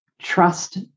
Trust